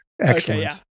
excellent